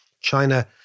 China